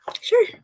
Sure